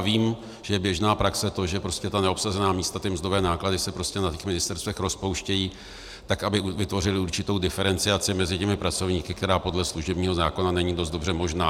Vím, že je běžná praxe to, že prostě neobsazená místa, ty mzdové náklady se prostě na ministerstvech rozpouštějí, tak aby vytvořili určitou diferenciaci mezi těmi pracovníky, která podle služebního zákona není dost dobře možná.